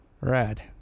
Rad